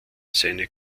seine